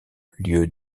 lieux